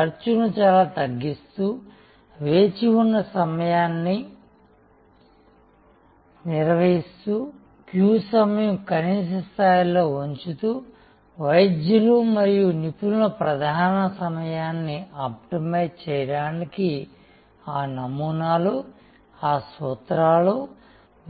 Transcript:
ఖర్చును చాలా తగ్గిస్తూ వేచి ఉన్న సమయాన్ని నిర్వహిస్తూ క్యూ సమయం కనీస స్థాయిలో ఉంచుతూ వైద్యులు మరియు నిపుణుల ప్రధాన సమయాన్ని ఆప్టిమైజ్ చేయడానికి ఆ నమూనాలు ఆ సూత్రాలు